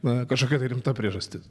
na kažkokia tai rimta priežastis